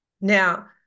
Now